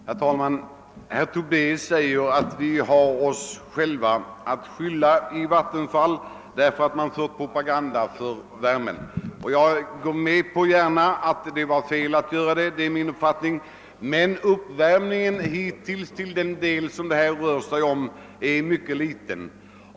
Herr talman! Herr Tobé säger att vi har oss själva att skylla i vattenfallsverket därför att vi gjort propaganda för elvärme. Jag går gärna med på att det var fel att göra det — det är min uppfattning — men eluppvärmningen har hittills haft mycket liten omfattning.